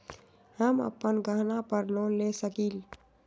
हम अपन गहना पर लोन ले सकील?